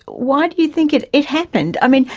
why do you think it it happened? i mean,